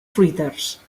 fruiters